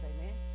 Amen